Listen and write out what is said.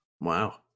Wow